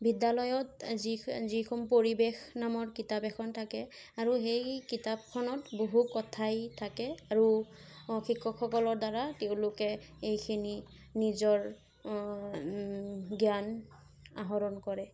বিদ্যালয়ত যি যিখন পৰিৱেশ নামৰ কিতাপ এখন থাকে আৰু সেই কিতাপখনত বহু কথাই থাকে আৰু শিক্ষকসকলৰ দ্বাৰা তেওঁলোকে এইখিনি নিজৰ জ্ঞান আহৰণ কৰে